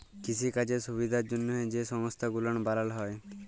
কিসিকাজের সুবিধার জ্যনহে যে সংস্থা গুলান বালালো হ্যয়